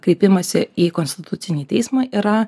kreipimąsi į konstitucinį teismą yra